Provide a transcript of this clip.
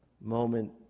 moment